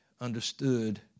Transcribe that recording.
understood